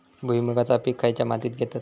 भुईमुगाचा पीक खयच्या मातीत घेतत?